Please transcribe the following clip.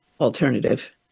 alternative